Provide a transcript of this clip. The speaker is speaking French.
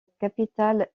capitale